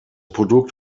produkt